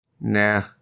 Nah